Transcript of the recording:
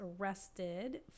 arrested